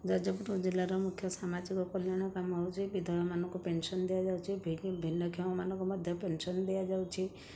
ଯାଜପୁର ଜିଲ୍ଲାର ମୁଖ୍ୟ ସାମାଜିକ କଲ୍ୟାଣ କାମ ହେଉଛି ବିଧବାମାନଙ୍କୁ ପେନ୍ସନ୍ ଦିଆଯାଉଛି ଭିନ୍ନକ୍ଷମମାନଙ୍କୁ ମଧ୍ୟ ପେନ୍ସନ୍ ଦିଆଯାଉଛି